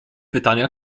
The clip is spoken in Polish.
pytania